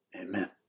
amen